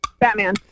Batman